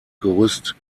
gerüst